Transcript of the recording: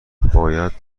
باید